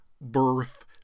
Birth